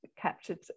captured